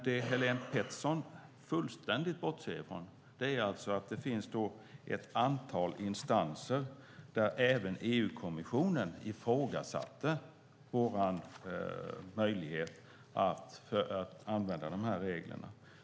Det Helén Pettersson fullständigt bortser från är att det finns ett antal instanser där även EU-kommissionen ifrågasatte vår möjlighet att använda de här reglerna.